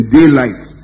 daylight